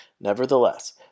Nevertheless